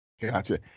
Gotcha